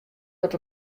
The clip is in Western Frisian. dat